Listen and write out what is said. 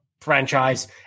franchise